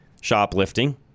shoplifting